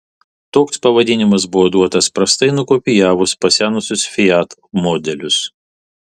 toks pavadinimas buvo duotas prastai nukopijavus pasenusius fiat modelius